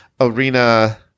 arena